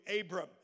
Abram